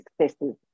successes